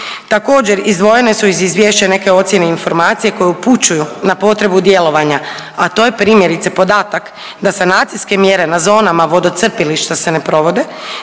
Također izdvojene su iz izvješća neke ocjene informacije koje upućuju na potrebu djelovanja, a to je primjerice podatak da sanacijske mjere na zonama vodocrpilišta se ne provode,